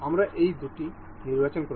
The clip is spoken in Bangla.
আমরা এই দুটি নির্বাচন করব